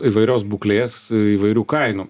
įvairios būklės įvairių kainų